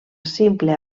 simple